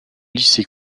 lycée